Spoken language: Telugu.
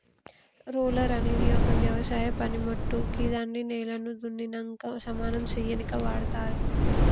రోలర్ అనేది ఒక వ్యవసాయ పనిమోట్టు గిదాన్ని నేలను దున్నినంక సమానం సేయనీకి వాడ్తరు